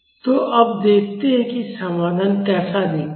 तो अब देखते हैं कि समाधान कैसा दिखता है